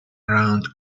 around